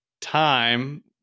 time